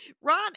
Ron